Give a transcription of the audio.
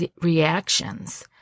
reactions